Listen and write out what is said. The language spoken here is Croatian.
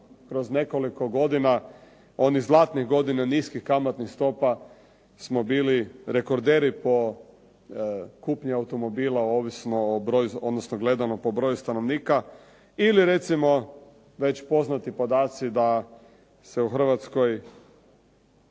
kroz nekoliko godina, onih zlatnih godina niskih kamatnih stopa smo bili rekorderi po kupnji automobila gledano po broju stanovnika ili recimo već poznati podaci da se u Hrvatskoj